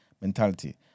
mentality